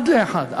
אחד לאחד.